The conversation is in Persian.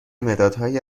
مدادهایی